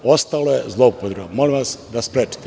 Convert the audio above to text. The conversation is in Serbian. Ostale zloupotrebe molim vas da sprečite.